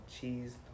cheese